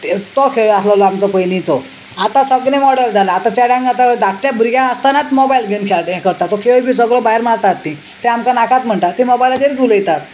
तो खेळ आसलोलो आमचो पयलींचो आतां सगलें मॉडर्न जाला आतां चेड्यांक आतां धाकट्या भुरग्यां आसतनाच मोबायल घेवन हें करता तो खेळ बी सगळो भायर मारतात तीं ते आमकां नाकात म्हणटा ती मोबायलाचेर उलयतात